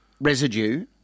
residue